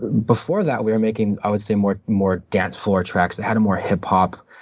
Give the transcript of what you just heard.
before that we were making, i would say, more more dance floor tracks that had a more hip-hop,